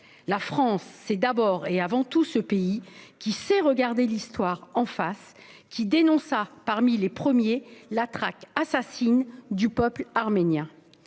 La France, c'est d'abord et avant tout ce pays qui sait regarder l'histoire en face, qui dénonça parmi les premiers la traque assassine du peuple arménien.